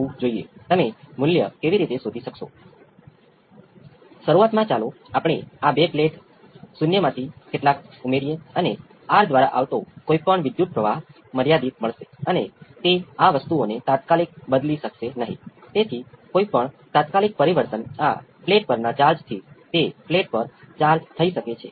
હવે તમે રેખીય વિકલન સમીકરણની મૂળભૂત બાબતો જાણો છો કે કુલ રિસ્પોન્સ એ સ્ટડી સ્ટેટ રિસ્પોન્સ નેચરલ રિસ્પોન્સનું સ્કેલ વર્ઝન હોઈ શકે છે